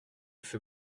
feu